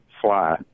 fly